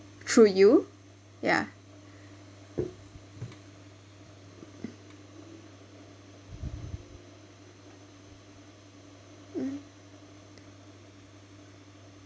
through you ya mm